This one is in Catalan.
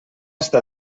està